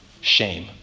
shame